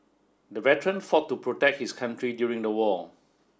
the veteran fought to protect his country during the war